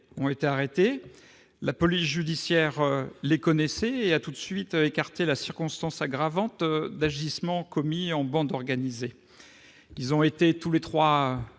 ont été arrêtés. La police judiciaire les connaissait. Elle a tout de suite écarté la circonstance aggravante d'agissements commis en bande organisée. Ces trois